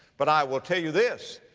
but i will tell you this,